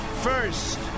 first